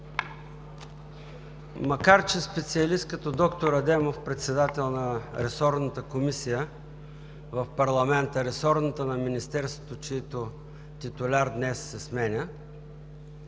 Макар че специалист като доктор Адемов – председател на ресорната комисия в парламента, ресорната на Министерството, чийто титуляр днес се сменя,